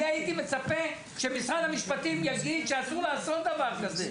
אני הייתי מצפה שמשרד המשפטים יגיד שאסור לעשות דבר כזה.